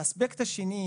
האספקט השני,